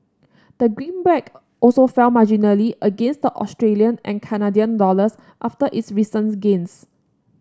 the greenback also fell marginally against the Australian and Canadian dollars after its recent gains